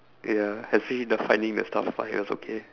ya actually the finding the stuff part it was okay